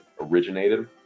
originated